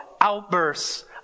outbursts